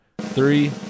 three